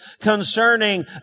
concerning